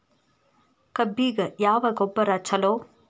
ಕಬ್ಬಿಗ ಯಾವ ಗೊಬ್ಬರ ಛಲೋ?